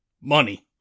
money